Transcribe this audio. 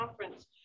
Conference